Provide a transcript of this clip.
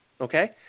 Okay